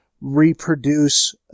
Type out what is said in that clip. reproduce